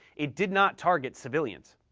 it did not target civilians.